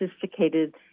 sophisticated